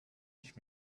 ich